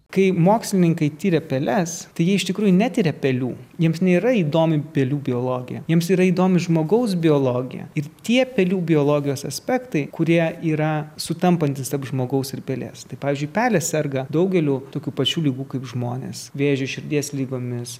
kai mokslininkai tyrė peles tai ji iš tikrųjų netiria pelių jiems nėra įdomu pelių biologija jiems yra įdomu žmogaus biologija ir tie pelių biologijos aspektai kurie yra sutampantys tarp žmogaus ir pelės tai pavyzdžiui pelės serga daugeliu tokių pačių ligų kaip žmonės vėžiu širdies ligomis